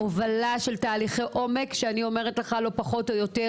הובלה של תהליכי עומק שאני אומרת לך ששינו